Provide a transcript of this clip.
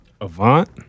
Avant